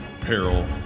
peril